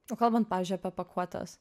o kalbant pavyzdžiui apie pakuotes